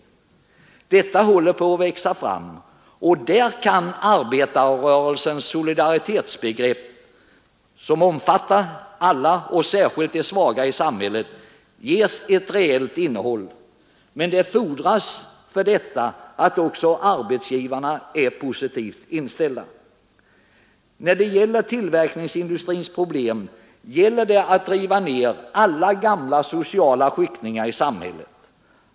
Ett sådant samarbete håller på att växa fram, och där kan arbetarrörelsens solidaritetsbegrepp som omfattar alla, särskilt de svaga i samhället, ges ett reellt innehåll. Men det fordras då också att arbetsgivarna är positivt inställda. Beträffande tillverkningsindustrins problem gäller det att riva ner alla gamla sociala skiktningar i samhället.